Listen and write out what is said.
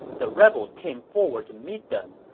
the rebels came forward to meet them,